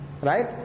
Right